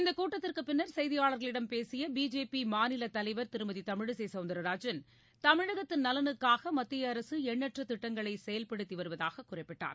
இந்தக் கூட்டத்திற்குப் பின்னர் செய்தியாளர்களிடம் பேசிய பிஜேபி மாநிலத் தலைவர் திருமதி தமிழிசை சௌந்தரராஜன் தமிழகத்தின் நலனுக்காக மத்திய அரசு எண்ணற்ற திட்டங்களை செயல்படுத்தி வருவதாக குறிப்பிட்டார்